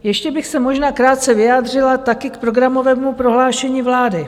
Ještě bych se možná krátce vyjádřila taky k programovému prohlášení vlády.